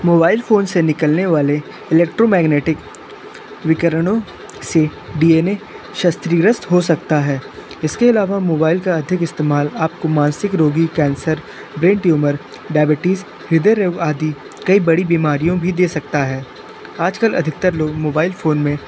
mobile phone से निकलने वाले इलेक्ट्रोमैगनेटिक विकरणों से डी एन ए क्षतिग्रस्त हो सकता है इसके इलावा मोबाइल का अधिक इस्तेमाल आपको मानसिक रोगी कैंसर ब्रेन ट्यूमर डायबिटीज ह्रदय रोग आदि कई बड़ी बिमारियों भी दे सकता हे आजकल अधिकतर लोग मोबाइल फोन में